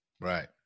Right